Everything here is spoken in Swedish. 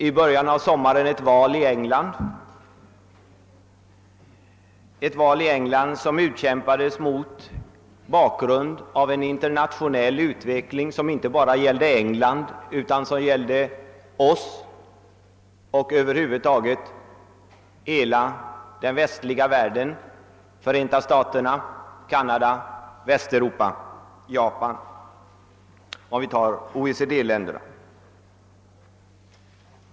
I början av sommaren var det val i England, vilket utkämpades mot bakgrunden av en internationell utveckling som inte endast gällde England utan också Sverige och över huvud taget den västliga världen — Förenta staterna, Canada, Västeuropa samt Japan om man räknar med OECD-länderna.